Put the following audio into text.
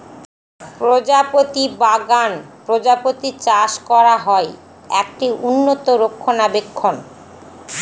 প্রজাপতি বাগান প্রজাপতি চাষ করা হয়, একটি উন্নত রক্ষণাবেক্ষণ